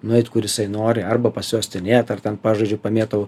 nueit kur jisai nori arba pasiuostinėt ar ten pažaidžiu pamėtau